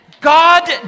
God